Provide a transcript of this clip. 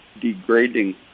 degrading